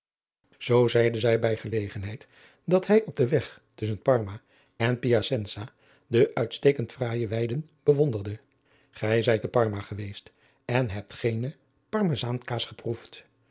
zoo zeide zij bij gelegenheid dat hij op den weg tusschen parma en piacensa de uitstekend fraaije weiden bewonderde gij zijt te parma geweest en hebt geene parmesaankaas geproefd